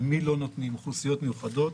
למי לא נותנים אוכלוסיות מיוחדות,